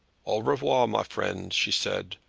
au revoir, my friend, she said,